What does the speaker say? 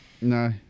No